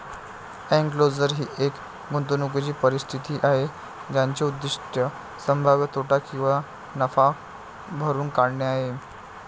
enclosure ही एक गुंतवणूकीची परिस्थिती आहे ज्याचे उद्दीष्ट संभाव्य तोटा किंवा नफा भरून काढणे आहे